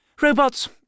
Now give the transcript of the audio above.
Robots